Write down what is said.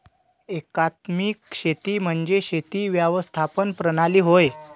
एकात्मिक शेती म्हणजे शेती व्यवस्थापन प्रणाली होय